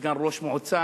סגן ראש מועצה,